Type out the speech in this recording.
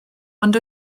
ond